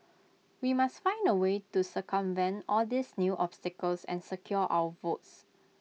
we must find A way to circumvent all these new obstacles and secure our votes